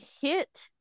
hit